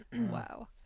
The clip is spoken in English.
wow